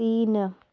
तीन